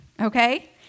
okay